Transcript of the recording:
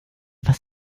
was